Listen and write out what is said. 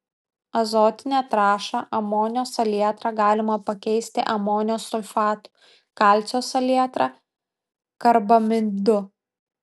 azotinę trąšą amonio salietrą galima pakeisti amonio sulfatu kalcio salietra karbamidu